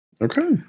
Okay